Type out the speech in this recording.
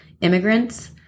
immigrants